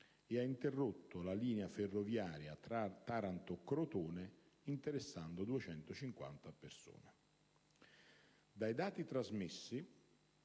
e ha interrotto la linea ferroviaria Taranto-Crotone, interessando 250 persone. Dai dati trasmessi